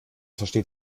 versteht